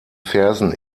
fersen